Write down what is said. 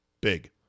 big